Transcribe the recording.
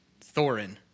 Thorin